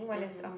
mmhmm